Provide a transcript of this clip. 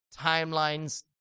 timelines